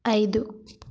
ఐదు